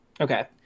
okay